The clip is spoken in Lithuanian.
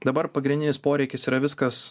dabar pagrindinis poreikis yra viskas